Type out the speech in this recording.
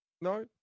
no